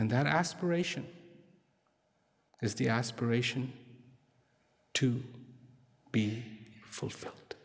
and that aspiration is the aspiration to be fulfilled